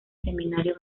seminario